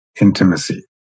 intimacy